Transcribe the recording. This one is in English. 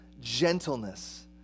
gentleness